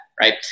right